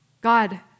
God